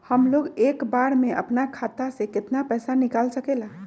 हमलोग एक बार में अपना खाता से केतना पैसा निकाल सकेला?